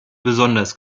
besonders